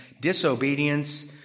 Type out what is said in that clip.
disobedience